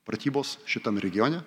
pratybos šitam regione